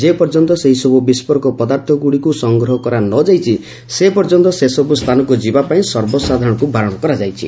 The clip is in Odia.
ଯେପର୍ଯ୍ୟନ୍ତ ସେହିସବୁ ବିସ୍ଫୋରକ ପଦାର୍ଥଗୁଡ଼ିକୁ ସଂଗ୍ରହ କରା ନ ଯାଇଛି ସେ ପର୍ଯ୍ୟନ୍ତ ସେସବୁ ସ୍ଥାନକୁ ଯିବାପାଇଁ ସର୍ବସାଧାରଣଙ୍କୁ ବାରଣ କରାଯାଇଛି